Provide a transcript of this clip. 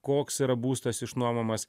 koks yra būstas išnuomojamas